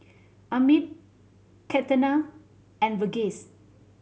Amit Ketna and Verghese